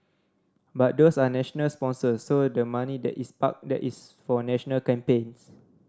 but those are national sponsors so the money that is parked there is for national campaigns